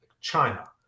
China